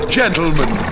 gentlemen